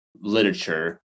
literature